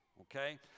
okay